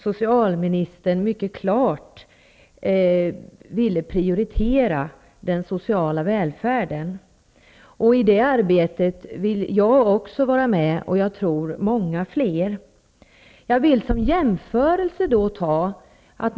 Socialministern uttalade mycket klart att den sociala välfärden skulle prioriteras. Jag och många fler vill vara med i det arbetet. Jag vill göra följande jämförelse.